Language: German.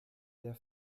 der